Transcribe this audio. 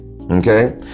okay